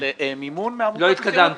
סתיו, אני לא צריך חסינות.